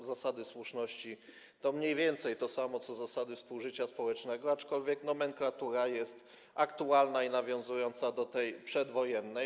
Względy słuszności” to mniej więcej to samo co „zasady współżycia społecznego”, aczkolwiek nomenklatura jest aktualna i nawiązująca do tej przedwojennej.